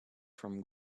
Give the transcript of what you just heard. from